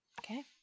Okay